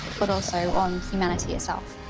but also on humanity itself.